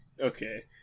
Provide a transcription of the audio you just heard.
okay